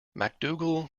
macdougall